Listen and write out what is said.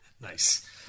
Nice